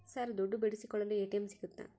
Sir ದುಡ್ಡು ಬಿಡಿಸಿಕೊಳ್ಳಲು ATM ಸಿಗುತ್ತಾ?